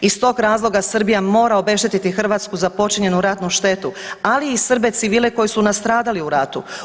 Iz tog razloga Srbija mora obeštetiti Hrvatsku za počinjenu ratnu štetu, ali i Srbe civile koji su nastradali u ratu.